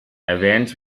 erwähnt